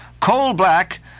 coal-black